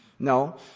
No